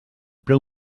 preu